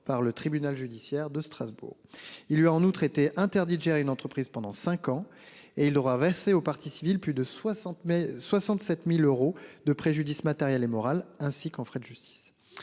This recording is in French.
par le tribunal judiciaire de Strasbourg. Il lui a en outre été interdit de gérer une entreprise pendant cinq ans et il devra verser aux parties civiles. Plus de 60 mais 67.000 euros de préjudice matériel et moral ainsi qu'on frais de justice.